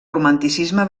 romanticisme